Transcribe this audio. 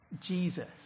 Jesus